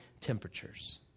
temperatures